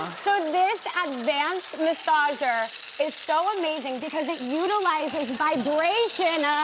so this advanced massager is so amazing because it utilizes vibration,